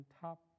top